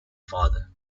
father